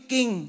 King